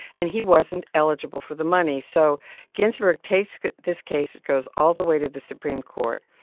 and he wasn't eligible for the money. so ginsburg takes this case. it goes all the way to the supreme court.